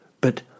But